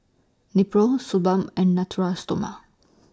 Nepro Suu Balm and Natura Stoma